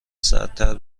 سردتر